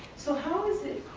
so how is it,